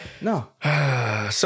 No